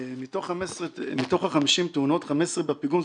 מתוך ה-50 תאונות 15 בפיגום,